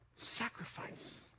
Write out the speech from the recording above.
sacrifice